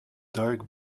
dark